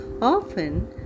Often